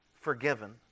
forgiven